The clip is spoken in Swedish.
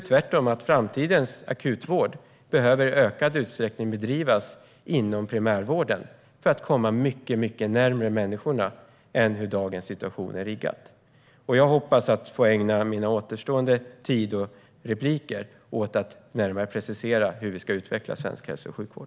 Tvärtom behöver framtidens akutvård i större utsträckning bedrivas inom primärvården för att den ska komma mycket närmare människorna jämfört med hur dagens situation är riggad. Jag hoppas att få ägna min återstående talartid åt att närmare precisera hur vi ska utveckla svensk hälso och sjukvård.